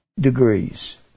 degrees